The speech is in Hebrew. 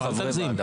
אנחנו חברי ועדה.